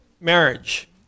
marriage